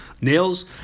nails